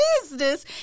business